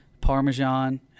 parmesan